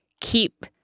keep